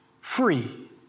free